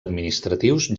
administratius